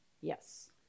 Yes